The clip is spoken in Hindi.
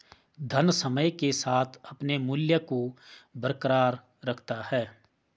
धन समय के साथ अपने मूल्य को बरकरार रखता है